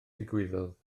ddigwyddodd